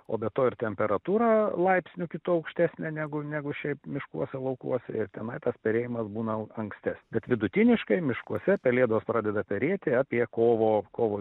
o be to ir temperatūra laipsniu kitu aukštesnė negu negu šiaip miškuose laukuose ir tenai tas perėjimas būna anksti bet vidutiniškai miškuose pelėdos pradeda perėti apie kovo kovo